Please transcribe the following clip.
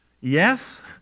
Yes